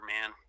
man